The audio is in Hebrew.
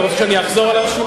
אתה רוצה שאחזור על הרשימה?